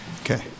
okay